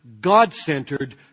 God-centered